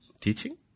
teaching